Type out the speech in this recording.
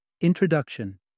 Introduction